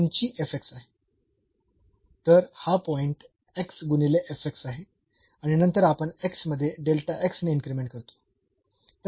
तर हा पॉइंट गुणिले आहे आणि नंतर आपण मध्ये ने इन्क्रीमेंट करतो